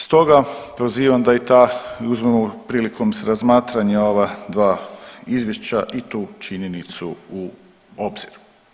Stoga pozivam da i ta i uzmemo prilikom razmatranja ova dva izvješća i tu činjenicu u obzir.